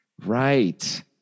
Right